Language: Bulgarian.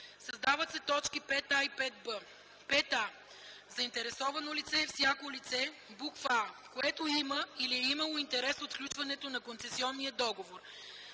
създават се т. 5а и 5б: „5а. „Заинтересовано лице” е всяко лице: а) което има или е имало интерес от сключването на концесионния договор;